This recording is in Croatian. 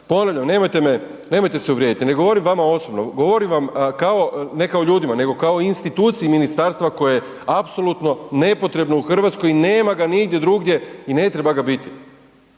nemojte me, nemojte se uvrijediti, ne govorim vama osobno, govorim vam kao, ne kao ljudima, nego kao instituciji ministarstva koje je apsolutno nepotrebno u RH i nema ga nigdje drugdje i ne treba ga biti.